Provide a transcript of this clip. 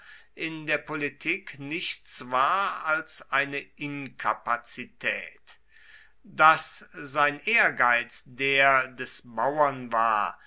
in der politik nichts war als eine inkapazität daß sein ehrgeiz der des bauern war